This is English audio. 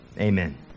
Amen